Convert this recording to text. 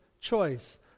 choice